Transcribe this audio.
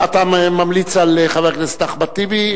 אתה ממליץ על חבר הכנסת אחמד טיבי,